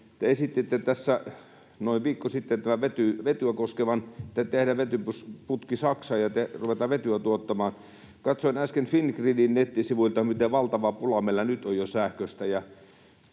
esititte tässä noin viikko sitten vetyä koskien, että tehdään vetyputki Saksaan ja ruvetaan vetyä tuottamaan. Katsoin äsken Fingridin nettisivuilta, miten valtava pula meillä on jo nyt sähköstä